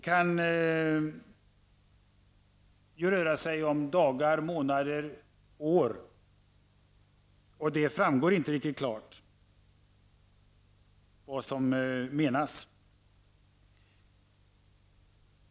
Det kan röra sig om dagar, månader eller år, och det framgår inte riktigt klart vad som menas.